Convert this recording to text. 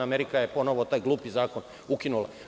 Amerika je ponovo taj glupi zakon ukinula.